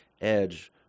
edge